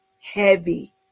heavy